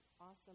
awesome